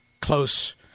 close